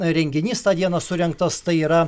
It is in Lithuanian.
renginys tą dieną surengtas tai yra